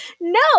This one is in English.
No